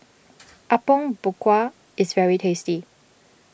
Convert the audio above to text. Apom Berkuah is very tasty